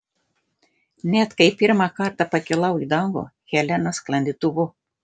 net kai pirmą kartą pakilau į dangų helenos sklandytuvu